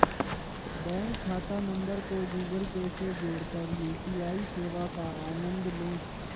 bank खाता number को Google Pay से जोड़कर यू.पी.आई सेवा का आनंद लें